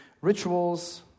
rituals